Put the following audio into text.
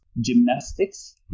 gymnastics